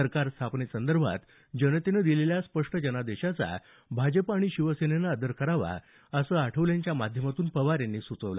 सरकार स्थापनेसंदर्भात जनतेनं दिलेल्या स्पष्ट जनादेशाचा भाजप आणि शिवसेनेनं आदर करावा असं आठवलेंच्या माध्यमातून पवार यांनी सुचवलं